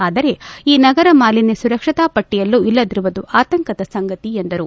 ಆದರೆ ಈ ನಗರ ಮಾಲಿನ್ಣ ಸುರಕ್ಷತಾ ಪಟ್ಟಿಯಲ್ಲೂ ಇಲ್ಲದಿರುವುದು ಆತಂಕದ ಸಂಗತಿ ಎಂದರು